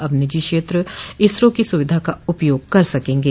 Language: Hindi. अब निजी क्षेत्र इसरो की सुविधा का उपयाग कर सकेंगे